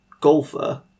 golfer